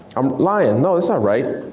i'm lying, not that's not right.